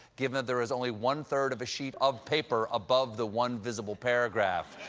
given there is only one-third of a sheet of paper above the one visible paragraph.